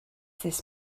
this